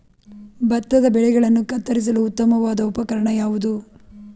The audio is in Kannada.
ಭತ್ತದ ಬೆಳೆಗಳನ್ನು ಕತ್ತರಿಸಲು ಉತ್ತಮವಾದ ಉಪಕರಣ ಯಾವುದು?